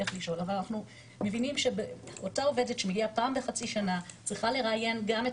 אבל אנחנו מבינים שאותה עובדת שמגיעה פעם בחצי שנה צריכה לראיין גם את